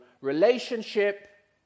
relationship